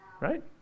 Right